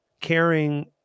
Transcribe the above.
caring